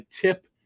tip